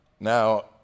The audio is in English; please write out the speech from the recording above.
Now